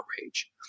outrage